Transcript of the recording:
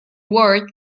ward